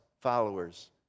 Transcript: followers